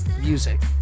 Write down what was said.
music